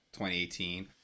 2018